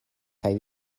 kaj